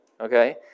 okay